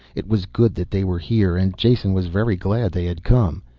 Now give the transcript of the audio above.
it was good that they were here and jason was very glad they had come.